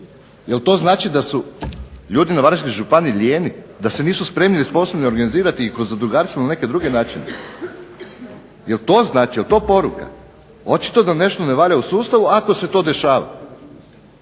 jel to znači da su ljudi na Varaždinskoj županiji lijeni, da se nisu spremni i sposobni organizirati kroz zadrugarstvo ili na neki drugi način? Jel to znači? Jel to poruka? Očito da nešto ne valja u sustavu ako se to dešava.